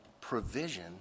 provision